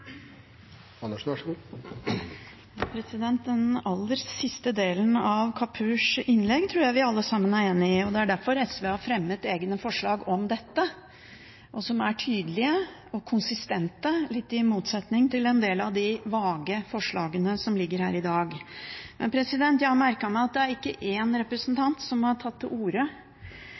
Den aller siste delen av Kapurs innlegg tror jeg vi alle sammen er enig i. Det er derfor SV har fremmet egne forslag om dette som er tydelige og konsistente, i motsetning til en del av de vage forslagene som ligger her i dag. Jeg har merket meg at det er ikke én representant som har tatt til orde